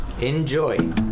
enjoy